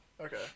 Okay